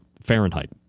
Fahrenheit